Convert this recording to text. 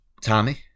Tommy